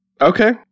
okay